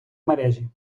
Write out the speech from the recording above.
мережі